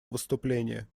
выступление